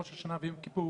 ראש השנה ויום כיפור,